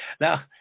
Now